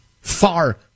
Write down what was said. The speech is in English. Far